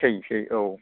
थैनोसै औ